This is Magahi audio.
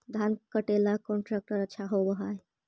धान कटे ला कौन ट्रैक्टर अच्छा होबा है?